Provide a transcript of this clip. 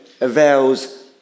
avails